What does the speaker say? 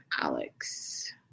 alex